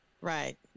right